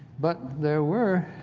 but there were